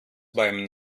beim